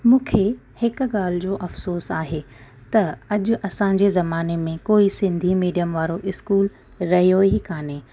मूंखे हिकु ॻाल्हि जो अफ़सोसु आहे त अॼु असांजे ज़माने में कोई सिंधी मीडियम वारो स्कूल रहियो ई कोन्हे